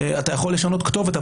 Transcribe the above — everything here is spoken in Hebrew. אתה יכול לשנות כתובת,